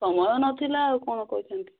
ସମୟ ନଥିଲା ଆଉ କ'ଣ କହିଥାନ୍ତି